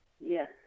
Yes